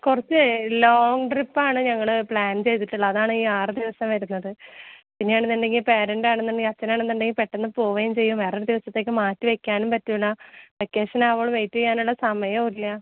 കുറച്ച് ലോങ്ങ് ട്രിപ്പാണ് ഞങ്ങൾ പ്ലാൻ ചെയ്തിട്ടുള്ളത് അതാണീ ആറ് ദിവസം വരുന്നത് പിന്നെയാണെന്നുണ്ടെങ്കിൽ പേരൻസാണന്നുണ്ടെങ്കിൽ അച്ഛനാണന്നുണ്ടെങ്കിൽ പെട്ടന്ന് പോവേം ചെയ്യും വേറൊരു ദിവസത്തേക്ക് മാറ്റി വെക്കാനും പറ്റൂല വെക്കേഷൻ ആവുഓളം വെയിറ്റ് ചെയ്യാൻ സമയമില്ല